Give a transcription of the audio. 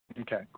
Okay